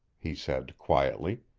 he said quietly.